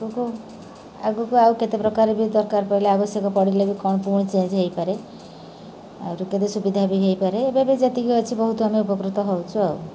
ଆଗକୁ ଆଗକୁ ଆଉ କେତେ ପ୍ରକାର ବି ଦରକାର ପଡ଼ିଲେ ଆବଶ୍ୟକ ପଡ଼ିଲେ ବି କ'ଣ ପୁଣି ଚେଞ୍ଜ ହେଇପାରେ ଆହୁରି କେତେ ସୁବିଧା ବି ହେଇପାରେ ଏବେ ବି ଯେତିକି ଅଛି ବହୁତ ଆମେ ଉପକୃତ ହେଉଛୁ ଆଉ